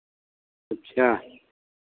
अच्छा